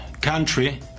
country